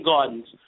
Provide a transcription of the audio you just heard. Gardens